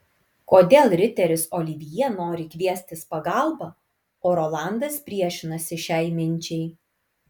kodėl riteris olivjė nori kviestis pagalbą o rolandas priešinasi šiai minčiai